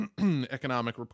economic